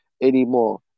anymore